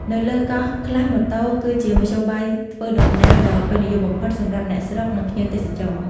នៅលើកោះខ្លះម៉ូតូ គឺជាមធ្យោបាយធ្វើដំណើរដ៏ពេញនិយមបំផុតសម្រាប់អ្នកស្រុក និងភ្ញៀវទេសចរ។